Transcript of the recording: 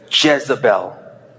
Jezebel